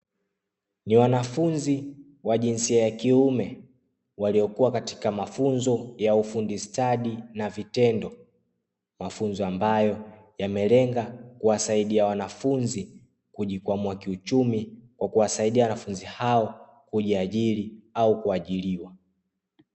Wanafunzi wa kiume waliokuwa katika mafunzo ya ufundi stadi mafunzo hayo yamelenga kuwasaidia wanafunzi, kujikwamua kiuchumi na kuwasaidia wanafunzi hao kujiajili au kuajiliwa.